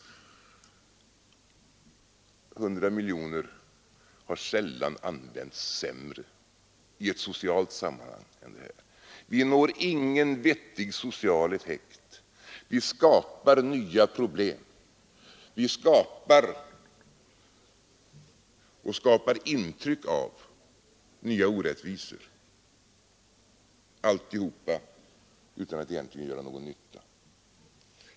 100 miljoner kronor har sällan använts sämre i ett socialt sammanhang! Vi når ingen vettig social effekt, utan vi skapar i stället nya problem. Vi skapar, och skapar intryck av, nya orättvisor — alltihop utan att egentligen göra någon nytta.